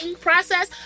process